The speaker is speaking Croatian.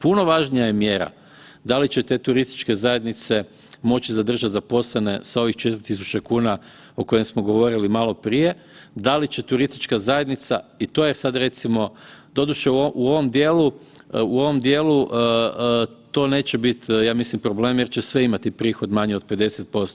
Puno važnija je mjera da li će te turističke zajednice moći zadržati zaposlene sa ovih 4.000 kuna o kojim smo govorili malo prije, da li će turistička zajednica i to je sad recimo, doduše u ovom dijelu, u ovom dijelu to neće biti ja mislim problem jer će sve imati prihod manji od 50%